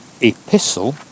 epistle